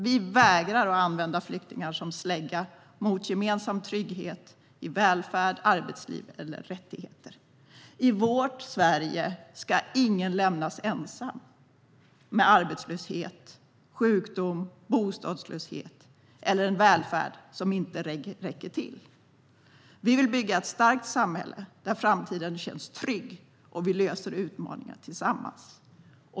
Vi vägrar att använda flyktingar som slägga mot gemensam trygghet i välfärd, arbetsliv eller rättigheter. I vårt Sverige ska ingen lämnas ensam med arbetslöshet, sjukdom, bostadslöshet eller en välfärd som inte räcker till. Vi vill bygga ett starkt samhälle där framtiden känns trygg och vi löser utmaningar tillsammans.